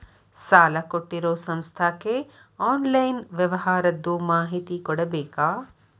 ಸಾಲಾ ಕೊಟ್ಟಿರೋ ಸಂಸ್ಥಾಕ್ಕೆ ಆನ್ಲೈನ್ ವ್ಯವಹಾರದ್ದು ಮಾಹಿತಿ ಕೊಡಬೇಕಾ?